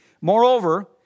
Moreover